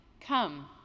come